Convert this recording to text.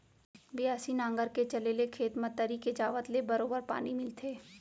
बियासी नांगर के चले ले खेत म तरी के जावत ले बरोबर पानी मिलथे